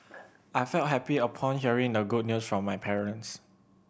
I felt happy upon hearing the good news from my parents